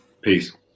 Peace